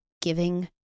giving